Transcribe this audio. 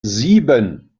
sieben